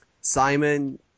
Simon